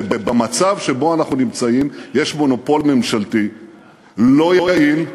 ובמצב שבו אנחנו נמצאים יש מונופול ממשלתי לא יעיל,